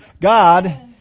God